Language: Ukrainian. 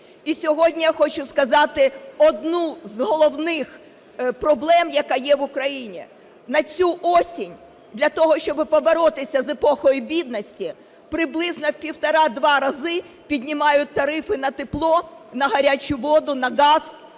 І сьогодні я хочу сказати одну з головних проблем, яка є в Україні. На цю осінь для того, щоби поборотися з епохою бідності, приблизно в півтора-два рази піднімають тарифи на тепло, на гарячу воду, на газ.